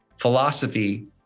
philosophy